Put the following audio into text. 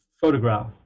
photograph